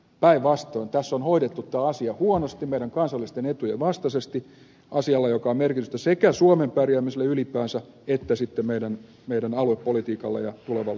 päinvastoin tässä on hoidettu huonosti meidän kansallisten etujemme vastaisesti tämä asia jolla on merkitystä sekä suomen pärjäämiselle ylipäänsä että sitten meidän aluepolitiikallemme ja tulevalle aluekehityksellemme